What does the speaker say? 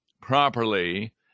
properly